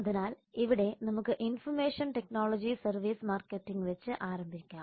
അതിനാൽ ഇവിടെ നമുക്ക് ഇൻഫർമേഷൻ ടെക്നോളജി സർവീസ് മാർക്കറ്റിംഗ് വെച്ച് ആരംഭിക്കാം